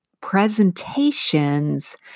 presentations